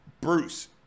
Bruce